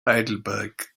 heidelberg